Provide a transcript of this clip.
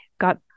got